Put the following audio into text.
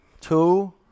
two